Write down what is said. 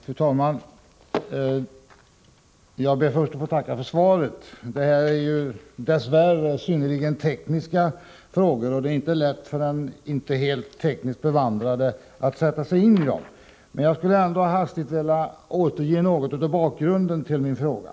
Fru talman! Jag ber först att få tacka för svaret. Det här är dess värre synnerligen tekniska frågor, och det är inte så lätt för en inte helt tekniskt bevandrad att sätta sig in i dem. Jag skulle ändå hastigt vilja återge något av bakgrunden till min fråga.